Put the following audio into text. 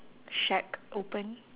shack open